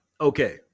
Okay